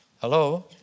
hello